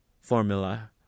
formula